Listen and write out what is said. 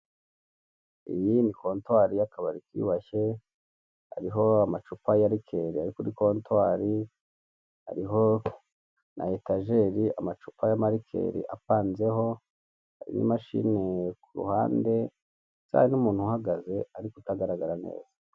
Iyi ni kontwari y'akabari kiyubashye hariho amacupa ya rikeri ari kuri kontwari, hariho na etajeri amacupa y'amarikeri apanzeho, hariho imashini ku ruhande, hariho n'umuntu uhagaze ariko utagaragara neza.